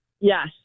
Yes